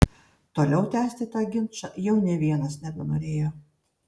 toliau tęsti tą ginčą jau nė vienas nebenorėjo